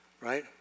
right